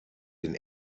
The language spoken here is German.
den